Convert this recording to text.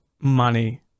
money